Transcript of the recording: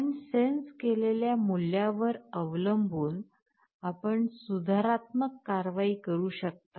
आपण sense केलेल्या मूल्यावर अवलंबून आपण सुधारात्मक कारवाई करू शकता